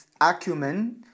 acumen